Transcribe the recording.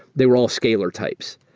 they were all scaler types.